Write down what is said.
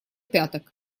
пяток